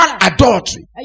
adultery